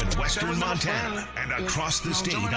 western montana and across this state,